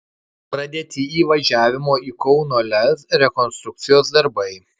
pradėti įvažiavimo į kauno lez rekonstrukcijos darbai